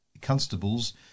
Constables